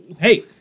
Hey